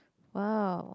!wow!